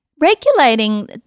regulating